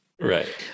Right